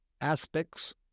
aspects